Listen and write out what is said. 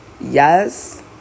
yes